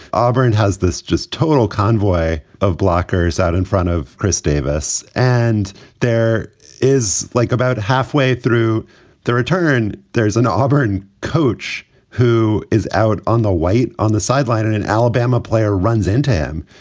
auburn has this just total convoy of blockers out in front of chris davis. and there is like about halfway through the return. there's an auburn coach who is out on the white on the sideline and an alabama player runs into him.